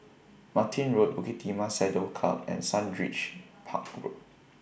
Martin Road Bukit Timah Saddle Club and Sundridge Park Road